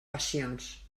passions